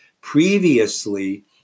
previously